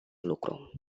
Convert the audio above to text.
lucru